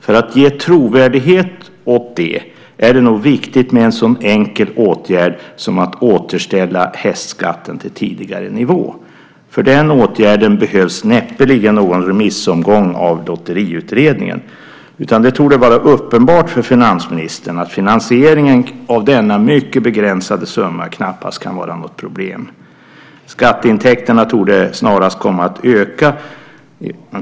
För att ge trovärdighet åt detta är det nog viktigt med en sådan enkel åtgärd som att återställa hästskatten till tidigare nivå. För den åtgärden behövs näppeligen någon remissomgång av Lotteriutredningen. Det torde vara uppenbart för finansministern att finansieringen av denna mycket begränsade summa knappast kan vara något problem. Skatteintäkterna torde snarast komma att öka.